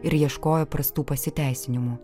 ir ieškojo prastų pasiteisinimų